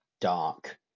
dark